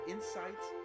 Insights